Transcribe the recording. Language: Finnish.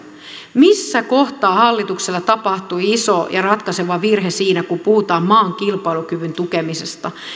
missä kohtaa hallituksella tapahtui iso ja ratkaiseva virhe siinä kun puhutaan maan kilpailukyvyn tukemisesta